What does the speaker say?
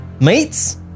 mates